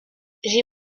j’ai